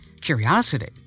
curiosity